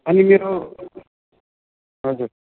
अनि मेरो हजुर